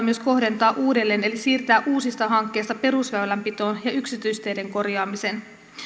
myös kohdentaa uudelleen eli siirtää uusista hankkeista perusväylänpitoon ja yksityisteiden korjaamiseen